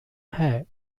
hair